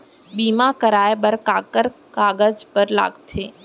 बीमा कराय बर काखर कागज बर लगथे?